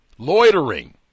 loitering